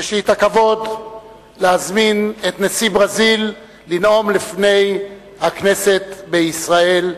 יש לי הכבוד להזמין את נשיא ברזיל לנאום לפני הכנסת בישראל.